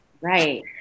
Right